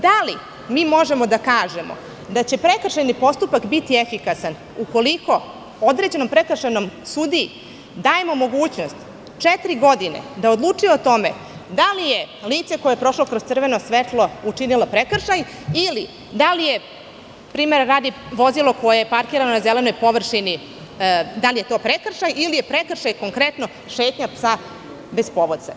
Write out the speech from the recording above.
Da li mi možemo da kažemo da će prekršajni postupak biti efikasan ukoliko određenom prekršajnom sudiji dajemo mogućnost četiri godine da odlučuje o tome da li je lice koje je prošlo kroz crveno svetlo učinilo prekršaj ili da li je, primera radi, vozilo koje je parkirano na zelenoj površini prekršaj ili je prekršaj šetnja psa bez povodca?